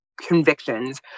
convictions